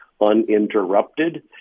uninterrupted